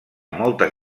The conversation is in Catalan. moltes